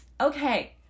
okay